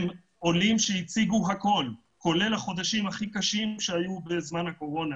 אלה עולים שהציגו הכול כולל החודשים הכי קשים שהיו בזמן הקורונה.